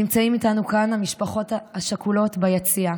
נמצאות איתנו כאן המשפחות השכולות ביציע.